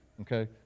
okay